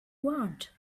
want